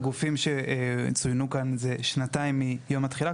הגופים שצוינו כאן זה שנתיים מיום התחילה,